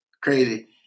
crazy